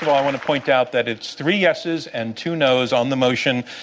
of all, i want to point out that it's three yeses and two nos on the motion,